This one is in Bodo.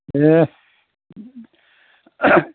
दे